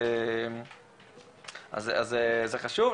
אז זה חשוב.